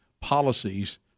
policies